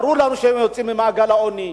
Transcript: ברור לנו שהם יוצאים ממעגל העוני.